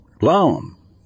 Long